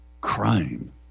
crime